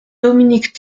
dominique